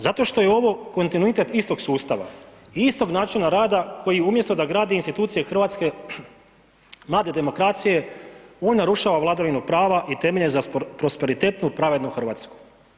Zato što je ovo kontinuitet istog sustava i istog načina rada koji umjesto da gradi institucije Hrvatske mlade demokracije on narušava vladavinu prava i temelje za prosperitetnu pravednu Hrvatsku.